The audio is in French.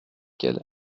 quelle